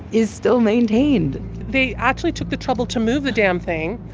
is still maintained they actually took the trouble to move the damn thing,